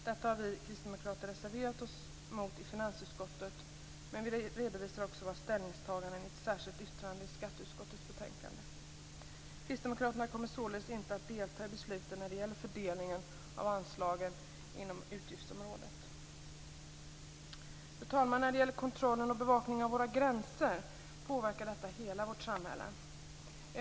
Detta har vi kristdemokrater reserverat oss mot i finansutskottet, men vi redovisar också våra ställningstaganden i ett särskilt yttrande i skatteutskottets betänkande. Kristdemokraterna kommer således inte att delta i besluten när det gäller fördelningen av anslagen inom utgiftsområdet. Fru talman! Kontrollen och bevakningen av våra gränser påverkar hela vårt samhälle.